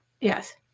Yes